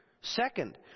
Second